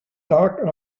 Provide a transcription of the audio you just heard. dark